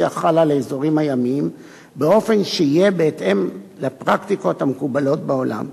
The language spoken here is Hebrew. החל על האזורים הימיים באופן שיהיה בהתאם לפרקטיקות המקובלות בעולם.